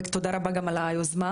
ותודה רבה גם על היוזמה,